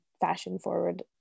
fashion-forward